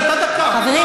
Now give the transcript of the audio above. חברים,